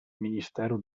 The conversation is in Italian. ministero